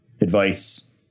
advice